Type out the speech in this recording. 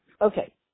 Okay